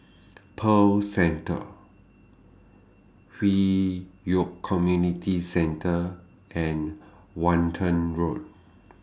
Pearl Centre Hwi Yoh Community Centre and Walton Road